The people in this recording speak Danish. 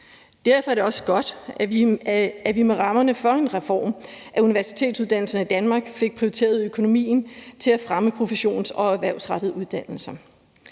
Derfor er det også godt, at vi med rammerne for en reform af universitetsuddannelserne i Danmark fik prioriteret økonomien til at fremme professions- og erhvervsrettede uddannelser.